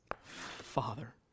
Father